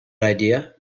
idea